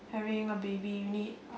having a baby you need